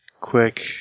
quick